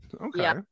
Okay